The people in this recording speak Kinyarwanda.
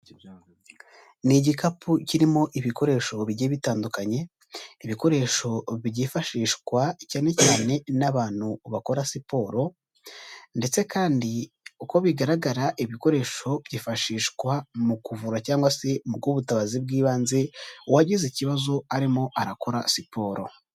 Ni igikapu kirimo ibikoresho bigiye bitandukanye, ibikoresho byifashishwa cyane cyane n'abantu bakora siporo, ndetse kandi uko bigaragara ibikoresho byifashishwa mu kuvura cyangwa se mu guha ubutabazi bw'ibanze uwagize ikibazo arimo arakora siporo.